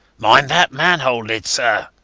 mind that manhole lid, sir,